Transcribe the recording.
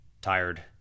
Tired